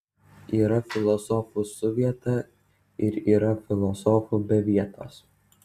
yra filosofų su vieta ir yra filosofų be vietos